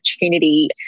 opportunity